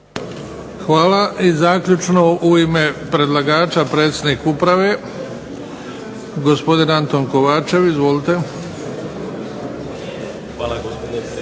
Hvala. I zaključno u ime predlagača predsjednik Uprave, gospodin Anton Kovačev. Izvolite. **Kovačev,